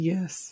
Yes